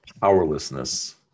powerlessness